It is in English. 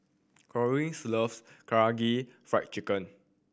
Corene loves Karaage Fried Chicken